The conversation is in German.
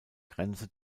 grenze